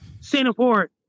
Singapore